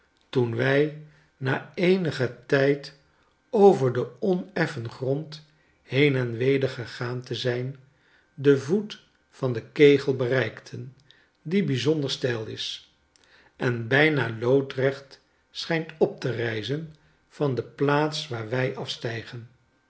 toen wy na eenigen tijd over den oneffen grond heen en weder gegaan te zijn den voet van den kegel bereikten die bijzonder steil is en bijna loodrecht schijnt op te rijzen van de plaats waar wij afstijgen